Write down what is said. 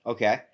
Okay